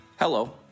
Hello